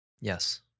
Yes